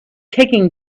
taking